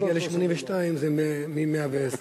וכשתגיע ל-82, זה מ-110 ומעלה.